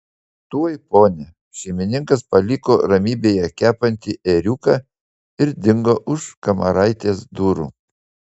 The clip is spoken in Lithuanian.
tuoj pone šeimininkas paliko ramybėje kepantį ėriuką ir dingo už kamaraitės durų